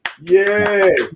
yay